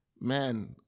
man